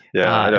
yeah.